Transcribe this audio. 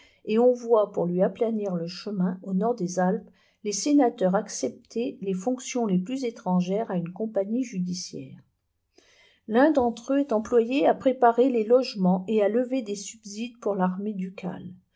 et on voit pour lui aplanir le chemin au nord des alpes les sénateurs accepter les fonctions les plus étrangères à une compagnie judiciaire l'un d'entre eux est employé à préparer les logements et à lever des subsides pour l'armée ducale